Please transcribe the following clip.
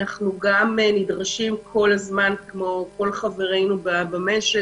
אנחנו גם נדרשים כל הזמן כמו כל חברינו במשק,